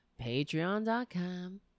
patreon.com